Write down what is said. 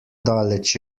daleč